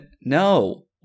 No